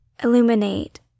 illuminate